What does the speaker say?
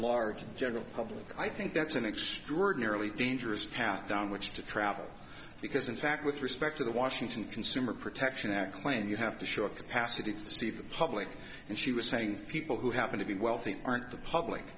large general public i think that's an extraordinarily dangerous path down which to travel because in fact with respect to the washington consumer protection act plan you have to show a capacity to see the public and she was saying people who happen to be wealthy aren't the public